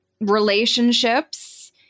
relationships